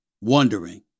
wondering